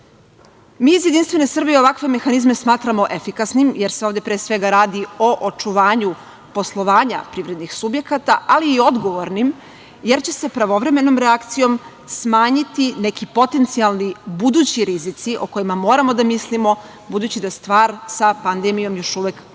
iz JS ovakve mehanizme smatramo efikasnim, jer se ovde radi o očuvanju poslovanja privrednih subjekata, ali odgovornim, jer će se pravovremenom reakcijom smanjiti neki potencijalni budući rizici o kojima moramo da mislimo, budući da stvar sa pandemijom još uvek nije